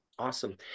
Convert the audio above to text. Awesome